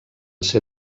ser